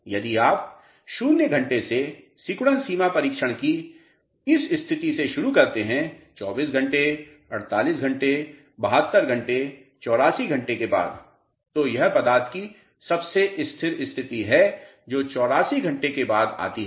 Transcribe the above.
यदि आप 0 घंटे में सिकुड़न सीमा परीक्षण की इस स्थिति से शुरू करते हैं 24 घंटे 48 घंटे 72 घंटे 84 घंटे के बाद छात्र तो यह पदार्थ की सबसे स्थिर स्थिति है जो 84 घंटों के बाद आती है